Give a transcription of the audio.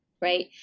Right